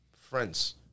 friends